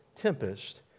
tempest